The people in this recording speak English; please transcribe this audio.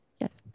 Yes